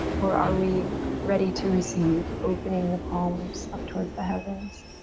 or are we ready to receive? opening the palms up towards the heavens.